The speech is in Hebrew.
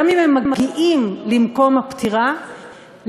גם אם הם מגיעים למקום הפטירה,